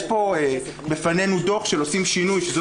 יש בפנינו פה דוח של "עו"סים שינוי" שזה